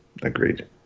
Agreed